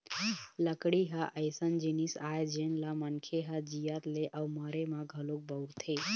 लकड़ी ह अइसन जिनिस आय जेन ल मनखे ह जियत ले अउ मरे म घलोक बउरथे